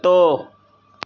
कुतो